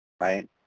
Right